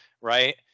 right